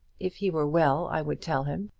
if he were well i would tell him,